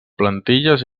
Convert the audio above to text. plantilles